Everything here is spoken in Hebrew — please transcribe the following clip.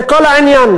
זה כל העניין.